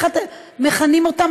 איך אתם מכנים אותם,